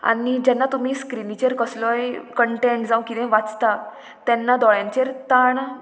आनी जेन्ना तुमी स्क्रिनीचेर कसलोय कंटेंट जावं किदें वाचता तेन्ना दोळ्यांचेर ताण